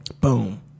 Boom